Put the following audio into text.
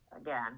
again